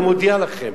אני מודיע לכם.